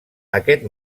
aquest